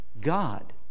God